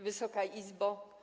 Wysoka Izbo!